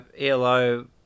ELO